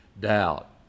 doubt